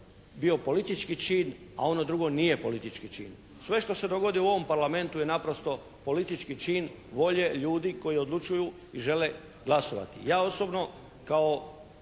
bio politički čin, a ono drugo nije politički čin. Sve što se dogodi u ovom Parlamentu je naprosto politički cilj volje ljudi koji odlučuju i žele glasovati. Ja osobno kao